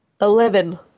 Eleven